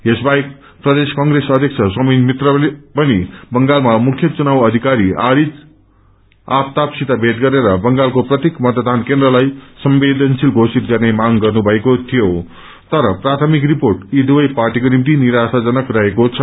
यसबाहेक प्रदेश कंग्रेस अध्यक्ष सोमेन मित्रले पनि बंगालमा मुख्य चुनाव अधिकारी आरिज अग्रताफसित भेट गरेर बंगालको प्रत्येक मतदान केन्द्रलाई संवेदनशील घोषित गर्ने मांग गर्नु भएको थियो तर प्रायमिक रिपोट यी दुवै पार्टीको निम्ति निराशजनक रहेको छ